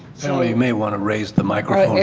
so you may want to raise the microphone. yeah